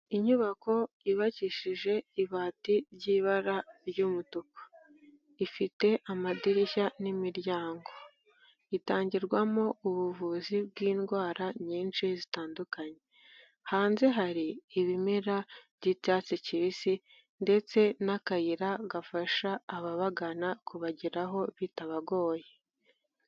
Inyubako yubakishije ibati ry'ibara ry'umutuku. Ifite amadirishya n'imiryango. Itangirwamo ubuvuzi bw'indwara nyinshi zitandukanye. Hanze hari ibimera by'icyatsi kibisi ndetse n'akayira gafasha ababagana kubageraho bitabagoye.